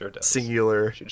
Singular